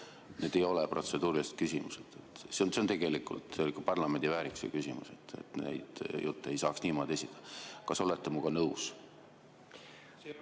Need ei ole protseduurilised küsimused. See on tegelikult parlamendi väärikuse küsimus, et neid jutte ei saaks niimoodi esitada. Kas olete minuga nõus?